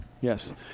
Yes